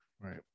Right